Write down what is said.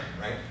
right